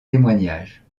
témoignages